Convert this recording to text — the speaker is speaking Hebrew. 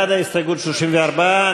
בעד ההסתייגות 34,